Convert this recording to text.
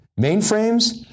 Mainframes